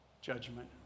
judgment